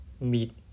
meet